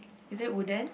is it wooden